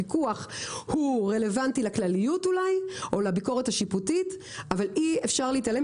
הפיקוח רלוונטי לכלליות אולי או לביקורת השיפוטית אבל אי אפשר להתעלם,